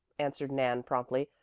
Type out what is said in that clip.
answered nan promptly.